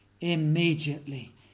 immediately